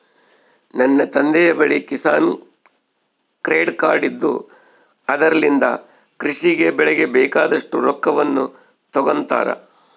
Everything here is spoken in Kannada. ನನ್ನ ತಂದೆಯ ಬಳಿ ಕಿಸಾನ್ ಕ್ರೆಡ್ ಕಾರ್ಡ್ ಇದ್ದು ಅದರಲಿಂದ ಕೃಷಿ ಗೆ ಬೆಳೆಗೆ ಬೇಕಾದಷ್ಟು ರೊಕ್ಕವನ್ನು ತಗೊಂತಾರ